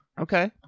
Okay